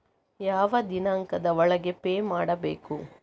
ಯಾವ ದಿನಾಂಕದ ಒಳಗೆ ಪೇ ಮಾಡಬೇಕು?